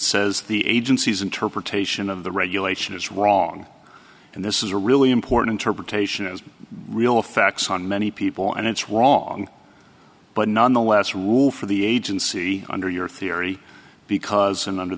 says the agency's interpretation of the regulation is wrong and this is a really important target taishan is real facts on many people and it's wrong but nonetheless rule for the agency under your theory because an under